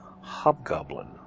hobgoblin